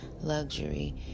luxury